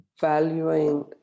valuing